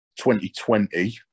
2020